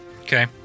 Okay